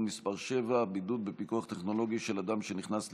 מס' 7) (בידוד בפיקוח טכנולוגי של אדם שנכנס לישראל),